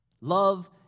Love